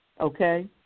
okay